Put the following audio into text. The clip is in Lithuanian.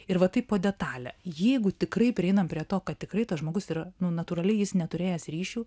ir va taip po detalę jeigu tikrai prieinam prie to kad tikrai tas žmogus yra nu natūraliai jis neturėjęs ryšių